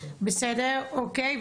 בסדר, אוקיי.